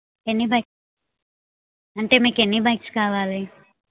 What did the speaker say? ఎన్ని బై అంటే మీకు ఎన్ని బైక్స్ కావాలి